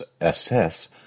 assess